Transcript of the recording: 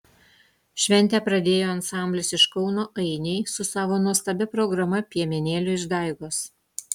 šventę pradėjo ansamblis iš kauno ainiai su savo nuostabia programa piemenėlių išdaigos